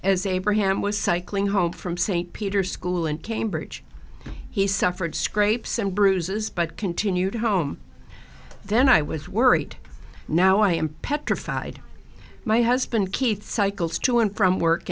as abraham was cycling home from st peter school in cambridge he suffered scrapes and bruises but continued home then i was worried now i am petrified my husband keith cycles to and from work